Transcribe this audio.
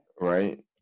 right